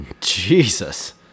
Jesus